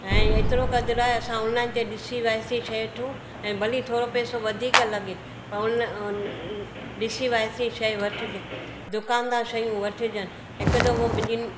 ऐं एतिरो कदुर आहे असां ऑनलाइन ते ॾिसी वरती शइ वठूं ऐं भली थोरो पैसो वधीक लॻे पर ऑनलाइन ॾिसी वरती शइ वठजे दुकान तां शयूं वठजनि हिकु दफ़ो मुंहिंजी